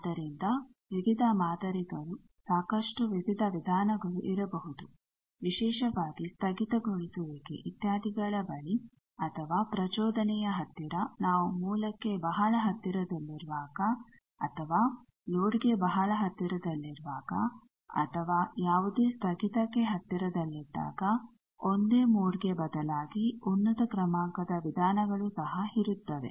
ಆದ್ದರಿಂದ ವಿವಿಧ ಮಾದರಿಗಳು ಸಾಕಷ್ಟು ವಿವಿಧ ವಿಧಾನಗಳು ಇರಬಹುದು ವಿಶೇಷವಾಗಿ ಸ್ಥಗಿತಗೊಳಿಸುವಿಕೆ ಇತ್ಯಾದಿಗಳ ಬಳಿ ಅಥವಾ ಪ್ರಚೋದನೆಯ ಹತ್ತಿರ ನಾವು ಮೂಲಕ್ಕೆ ಬಹಳ ಹತ್ತಿರದಲ್ಲಿರುವಾಗ ಅಥವಾ ಲೋಡ್ಗೆ ಬಹಳ ಹತ್ತಿರದಲ್ಲಿರುವಾಗ ಅಥವಾ ಯಾವುದೇ ಸ್ಥಗಿತಕ್ಕೆ ಹತ್ತಿರದಲ್ಲಿದ್ದಾಗ ಒಂದೇ ಮೋಡ್ ಗೆ ಬದಲಾಗಿ ಉನ್ನತ ಕ್ರಮಾಂಕದ ವಿಧಾನಗಳು ಸಹ ಇರುತ್ತವೆ